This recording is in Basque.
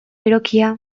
berokia